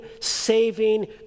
saving